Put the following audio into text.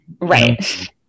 right